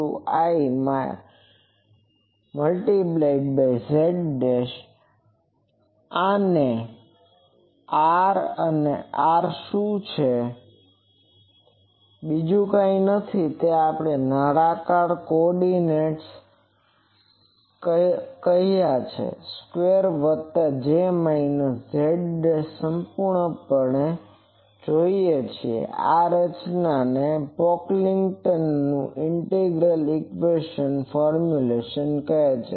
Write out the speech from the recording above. અને r r શું છે તે બીજું કંઈ નથી જો આપણે નળાકાર કોઓર્ડિનેટ્સ રહો સ્ક્વેર વત્તા J માઈનસ z સંપૂર્ણ સ્ક્વેર પર જોઈએ તો આ રચનાને પોકલિંગ્ટનનું ઇન્ટિગ્રલ ઇક્વેશન ફોર્મ્યુલેશન કહે છે